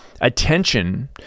attention